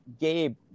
Gabe